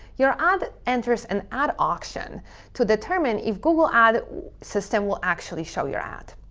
your ad enters an ad auction to determine if google ad system will actually show your ad.